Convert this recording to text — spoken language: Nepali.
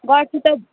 गर्छु त